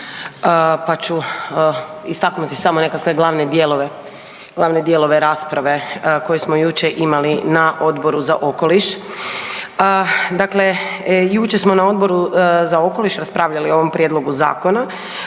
pa ću istaknuti samo nekakve glavne dijelove, glavne dijelove rasprave koju smo jučer imali na Odboru za okoliš. Dakle, jučer smo na Odboru za okoliš raspravljali o ovom prijedlogu zakona,